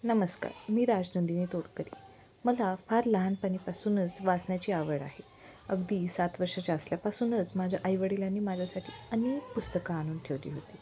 नमस्कार मी राजनंदिनी तोडकरी मला फार लहानपणीपासूनच वाचण्या्ची आवड आहे अगदी सात वर्षाच्या असल्यापासूनच माझ्या आईवडीलांनी माझ्यासाठी अनेक पुस्तकं आ आणून ठेवली होती